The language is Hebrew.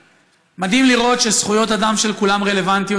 מדהים לראות שזכויות אדם של כולם רלוונטיות,